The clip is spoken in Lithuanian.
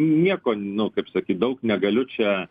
nieko nu kaip sakyt daug negaliu čia